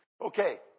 Okay